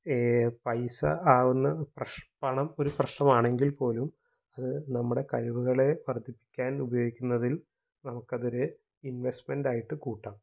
പൈസ ആവുന്ന പണം ഒരു പ്രശ്നമാണെങ്കിൽ പോലും അത് നമ്മുടെ കഴിവുകളെ വർദ്ധിപ്പിക്കാൻ ഉപയോഗിക്കുന്നതിൽ നമുക്കതൊരു ഇൻവെസ്റ്റ്മെൻറ്റായിട്ട് കൂട്ടാം